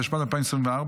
התשפ"ד 2024,